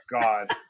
God